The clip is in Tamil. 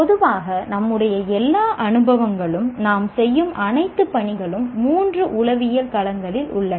பொதுவாக நம்முடைய எல்லா அனுபவங்களும் நாம் செய்யும் அனைத்து பணிகளும் மூன்று உளவியல் களங்களில் உள்ளன